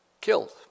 killed